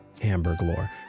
hamburglore